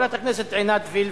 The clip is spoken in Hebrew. חברת הכנסת עינת וילף,